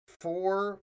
four